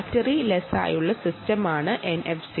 battery ലെസ്സായുള്ള സിസ്റ്റമാണ് NFC